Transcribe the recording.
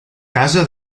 casa